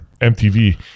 MTV